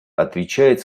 отвечает